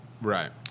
Right